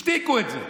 השתיקו את זה.